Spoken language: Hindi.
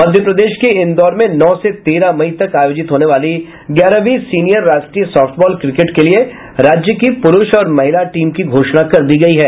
मध्य प्रदेश के इंदौर में नौ से तेरह मई तक आयोजित होने वाली ग्यारहवीं सीनियर राष्ट्रीय सॉफ्टबॉल क्रिकेट के लिए राज्य की पुरूष और महिला टीम की घोषणा कर दी गयी है